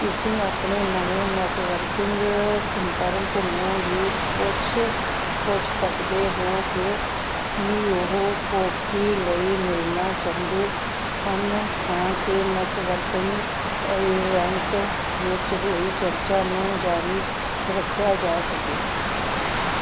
ਤੁਸੀਂ ਆਪਣੇ ਨਵੇਂ ਨੈੱਟਵਰਕਿੰਗ ਸੰਪਰਕ ਨੂੰ ਵੀ ਪੁੱਛ ਪੁੱਛ ਸਕਦੇ ਹੋ ਕਿ ਕੀ ਉਹ ਕੌਫੀ ਲਈ ਮਿਲਣਾ ਚਾਹੁੰਦੇ ਹਨ ਤਾਂਕਿ ਨੈੱਟਵਰਕਿੰਗ ਈਵੈਂਟ ਵਿਚ ਹੋਈ ਚਰਚਾ ਨੂੰ ਜਾਰੀ ਰੱਖਿਆ ਜਾ ਸਕੇ